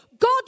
God